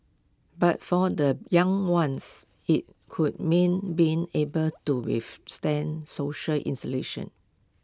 but for the young ones IT could mean being able to withstand social isolation